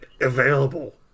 available